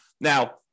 Now